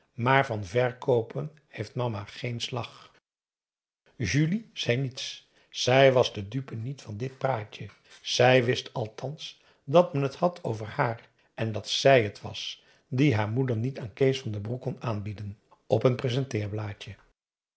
maar van verkoopen heeft mama geen slag julie zei niets zij was de dupe niet van dit praatje zij wist thans dat men het had over haar en dat zij het was die haar moeder niet aan kees van den broek kon aanbieden op een